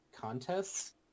contests